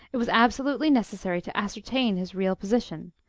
it was absolutely necessary to ascertain his real position,